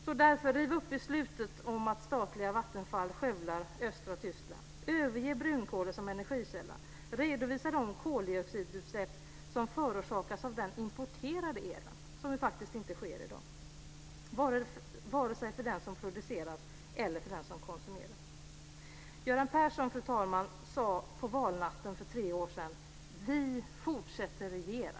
Riv därför upp beslutet om att statliga Vattenfall skövlar i östra Tyskland! Överge brunkolen som energikälla! Redovisa de koldioxidutsläpp som förorsakas av den importerade elen. Det sker faktiskt inte i dag var sig för den el som produceras eller för den som konsumeras. Fru talman! Göran Persson sade på valnatten för tre år sedan: Vi fortsätter regera.